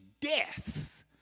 death